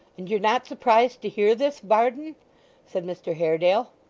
and you're not surprised to hear this, varden said mr haredale.